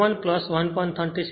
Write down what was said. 521 1